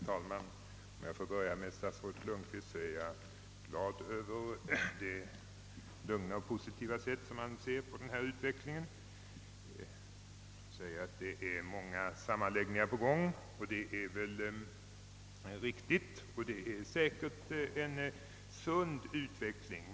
Herr talman! Om jag får börja med statsrådet Lundkvists inlägg så är jag glad över hans lugna och positiva sätt att se på utvecklingen. Många sammanläggningar förberedes, och även jag anser att den utvecklingen är sund.